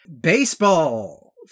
baseball